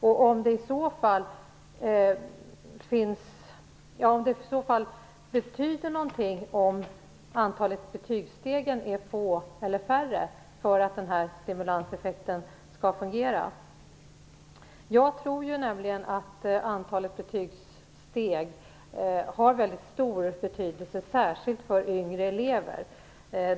Betyder det i så fall någonting för stimulanseffekten om antalet betygssteg är färre? Jag tror nämligen att antalet betygssteg har väldigt stor betydelse, särskilt för yngre elever.